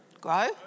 grow